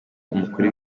umukuru